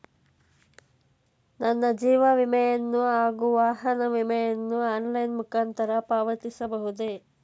ನನ್ನ ಜೀವ ವಿಮೆಯನ್ನು ಹಾಗೂ ವಾಹನ ವಿಮೆಯನ್ನು ಆನ್ಲೈನ್ ಮುಖಾಂತರ ಪಾವತಿಸಬಹುದೇ?